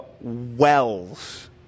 wells